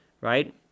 right